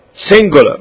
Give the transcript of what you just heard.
singular